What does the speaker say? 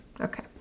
Okay